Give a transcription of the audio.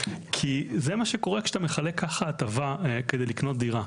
זה מה שקורה כשאתה מחלק ככה הטבה כדי לקנות דירה,